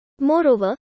Moreover